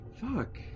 fuck